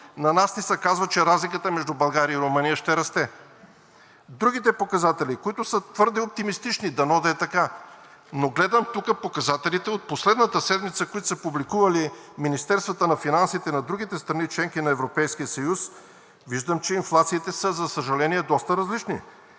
на нас ни се казва, че разликата между България и Румъния ще расте. Другите показатели, които са твърде оптимистични – дано да е така, но гледам тук показателите от последната седмица, които са публикували министерствата на финансите на другите страни – членки на Европейския съюз, виждам, че инфлациите са, за съжаление, доста различни.